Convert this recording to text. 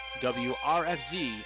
wrfz